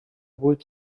будет